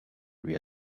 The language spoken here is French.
lui